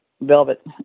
Velvet